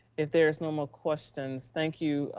if there's no more questions. thank you,